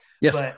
Yes